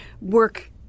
work